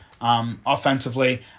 offensively